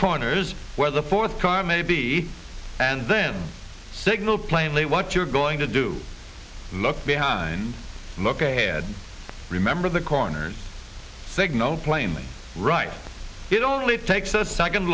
corners where the fourth car may be and then signal plainly what you're going to do look behind him look ahead remember the corners signal plainly right it only takes a second